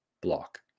block